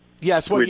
Yes